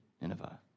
Nineveh